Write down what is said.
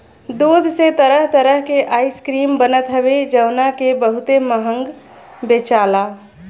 दूध से तरह तरह के आइसक्रीम बनत हवे जवना के बहुते महंग बेचाला